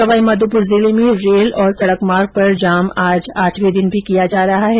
सवाईमाधोपुर जिले में रेल और सड़क मार्ग पर जाम आज आठवें दिन भी जारी है